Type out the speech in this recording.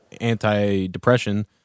anti-depression